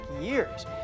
years